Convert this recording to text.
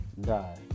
die